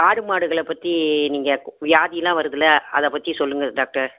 ஆடு மாடுகளைப் பற்றி நீங்கள் வியாதியெல்லாம் வருதில்ல அதைப் பற்றி சொல்லுங்கள் டாக்டர்